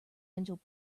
engine